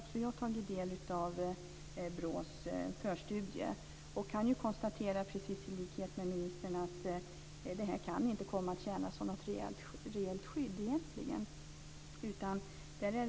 Också jag har tagit del av BRÅ:s förstudie och kan i likhet med ministern konstatera att elektronisk övervakning egentligen inte kan komma att tjäna som något reellt skydd.